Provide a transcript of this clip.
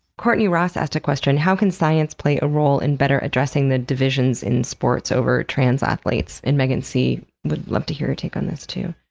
courtney ross asked a question how can science play a role in better addressing the divisions in sports over trans athletes? and megan c would love to hear your take on this too.